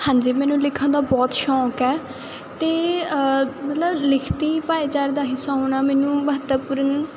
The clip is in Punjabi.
ਹਾਂਜੀ ਮੈਨੂੰ ਲਿਖਣ ਦਾ ਬਹੁਤ ਸ਼ੌਕ ਹੈ ਅਤੇ ਮਤਲਬ ਲਿਖਤੀ ਭਾਈਚਾਰੇ ਦਾ ਹਿੱਸਾ ਹੋਣਾ ਮੈਨੂੰ ਮਹੱਤਵਪੂਰਨ